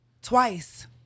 Twice